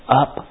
up